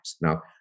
Now